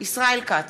ישראל כץ,